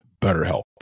BetterHelp